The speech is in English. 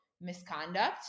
misconduct